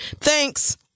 Thanks